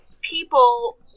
people